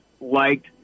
liked